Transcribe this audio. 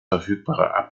verfügbare